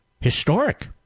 historic